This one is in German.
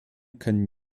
können